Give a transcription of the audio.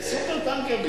זה "סופר-טנקר".